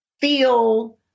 feel